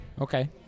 Okay